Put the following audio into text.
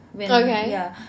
Okay